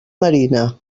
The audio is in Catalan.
marina